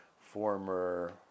former